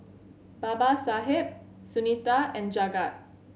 Babasaheb Sunita and Jagat